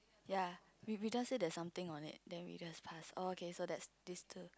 ya we we just say there is something on it then we just pass oh okay so that's this two